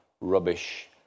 rubbish